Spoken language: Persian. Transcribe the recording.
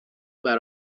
باشین